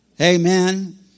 Amen